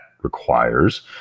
requires